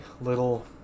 little